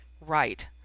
Right